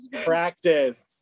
practice